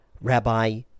Rabbi